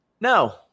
No